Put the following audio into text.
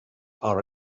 are